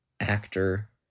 Actor